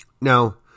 Now